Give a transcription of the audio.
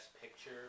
picture